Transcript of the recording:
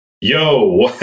yo